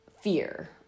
fear